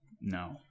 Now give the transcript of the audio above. No